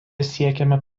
siekiama